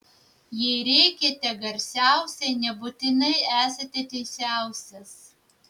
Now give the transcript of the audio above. jei rėkiate garsiausiai nebūtinai esate teisiausias